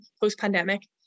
post-pandemic